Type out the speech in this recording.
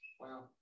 Wow